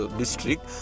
district